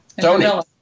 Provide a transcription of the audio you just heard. Tony